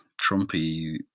trumpy